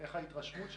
איך ההתרשמות שלכם?